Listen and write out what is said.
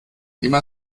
immer